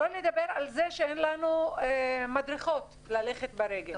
לא נדבר על זה שאין לנו מדרכות ללכת ברגל.